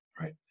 Right